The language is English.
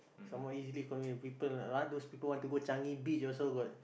some more easily convenient people ah those people want to go Changi Beach also got